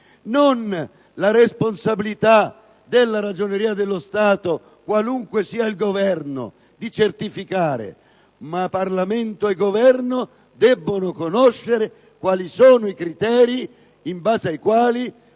non la responsabilità della Ragioneria dello Stato, qualunque sia il Governo, di certificare: il Parlamento ed il Governo debbono conoscere quali sono i criteri in base ai quali